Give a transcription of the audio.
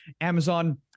Amazon